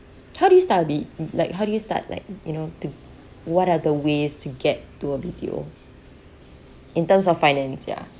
how do you start B~ like how do you start like you know to what are the ways to get to a B_T_O in terms of finance ya